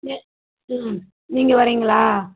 நே ம் நீங்கள் வரீங்களா